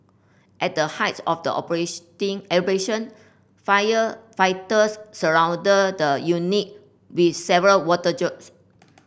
at the height of the operation firefighters surrounded the unit with several water jets